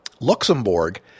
Luxembourg